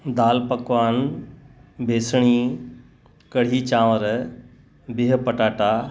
दाल पकवान बेसणी कढ़ी चांवर बिह पटाटा